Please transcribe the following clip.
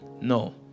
No